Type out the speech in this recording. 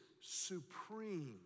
supreme